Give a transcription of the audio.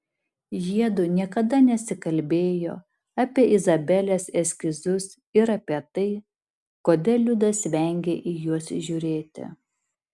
jiedu niekada nesikalbėjo apie izabelės eskizus ir apie tai kodėl liudas vengia į juos žiūrėti